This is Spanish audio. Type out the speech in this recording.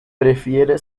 prefiere